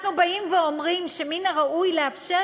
אנחנו באים ואומרים שמן הראוי לאפשר